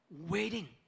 waiting